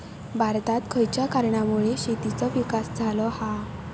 भारतात खयच्या कारणांमुळे शेतीचो विकास झालो हा?